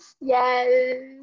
yes